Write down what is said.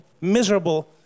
miserable